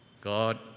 God